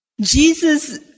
Jesus